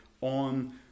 on